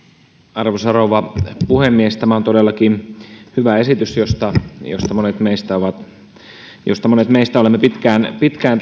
arvoisa rouva puhemies tämä on todellakin hyvä esitys jota kohti monet meistä ovat pitkään pitkään